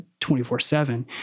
24/7